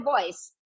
voice